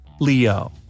Leo